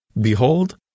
Behold